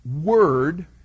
Word